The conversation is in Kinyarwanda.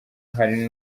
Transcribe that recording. hari